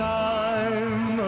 time